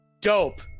Dope